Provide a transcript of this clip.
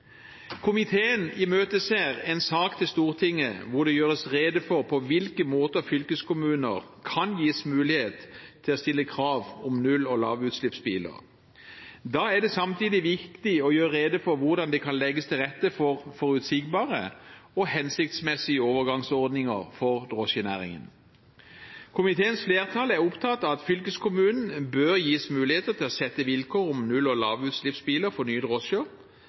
Komiteen imøteser en sak til Stortinget hvor det gjøres rede for på hvilke måter fylkeskommuner kan gis mulighet til å stille krav om null- og lavutslippsbiler. Da er det samtidig viktig å gjøre rede for hvordan det kan legges til rette for forutsigbare og hensiktsmessige overgangsordninger for drosjenæringen. Komiteens flertall er opptatt av at fylkeskommunen bør gis mulighet til å sette vilkår om null- og lavutslippsbiler